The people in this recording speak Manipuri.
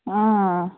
ꯎꯝ